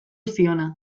ziona